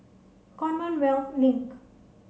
Commonwealth Link